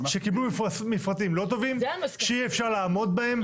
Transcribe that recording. שקיבלו מפרטים לא טובים, שאי אפשר לעמוד בהם.